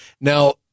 Now